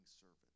servant